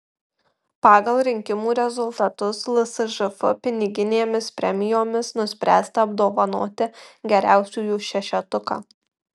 pagal rinkimų rezultatus lsžf piniginėmis premijomis nuspręsta apdovanoti geriausiųjų šešetuką